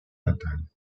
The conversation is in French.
natal